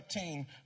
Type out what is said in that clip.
13